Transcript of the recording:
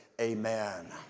amen